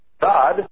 God